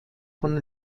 von